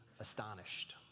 astonished